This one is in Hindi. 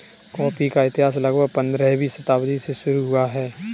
कॉफी का इतिहास लगभग पंद्रहवीं शताब्दी से शुरू हुआ है